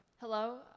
Hello